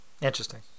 Interesting